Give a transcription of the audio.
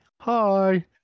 Hi